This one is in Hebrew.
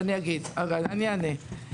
אענה.